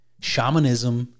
shamanism